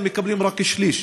הם מקבלים רק כשליש,